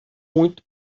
muito